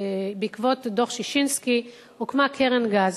בעקבות דוח-ששינסקי הוקמה קרן גז.